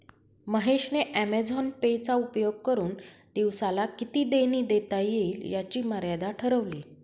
महेश ने Amazon Pay चा उपयोग करुन दिवसाला किती देणी देता येईल याची मर्यादा ठरवली